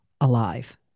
alive